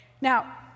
Now